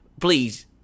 please